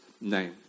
name